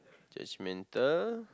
judgemental